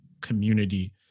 community